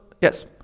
yes